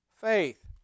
faith